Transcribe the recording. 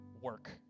work